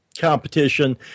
competition